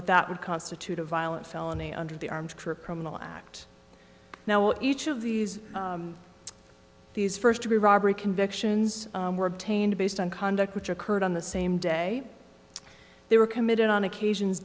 that that would constitute a violent felony under the armed corrupt criminal act now each of these these first to be robbery convictions were obtained based on conduct which occurred on the same day they were committed on occasions